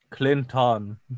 Clinton